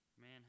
Man